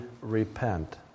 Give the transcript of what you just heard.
repent